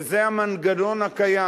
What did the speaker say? וזה המנגנון הקיים.